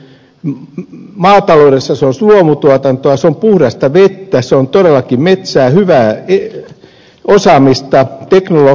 maataloudessa se olisi luomutuotantoa se on puhdasta vettä se on todellakin metsää hyvää osaamista teknologiaa